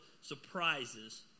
surprises